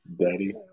Daddy